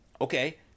okay